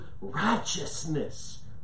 righteousness